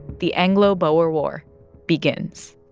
the anglo-boer war begins